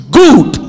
good